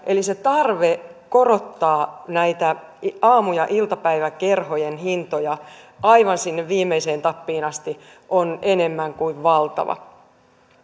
eli se tarve korottaa näitä aamu ja iltapäiväkerhojen hintoja aivan sinne viimeiseen tappiin asti on enemmän kuin valtava